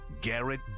Garrett